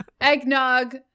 eggnog